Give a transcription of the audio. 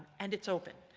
and it's open,